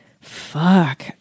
Fuck